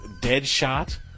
Deadshot